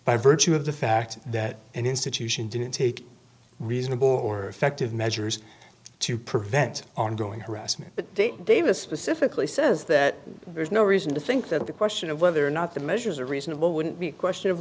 by virtue of the fact that an institution didn't take reasonable or fecht of measures to prevent ongoing harassment but date davis specifically says that there's no reason to think that the question of whether or not the measures are reasonable wouldn't be a question of